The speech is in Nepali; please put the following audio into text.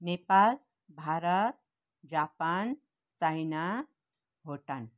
Nepal Bharat Japan China Bhutan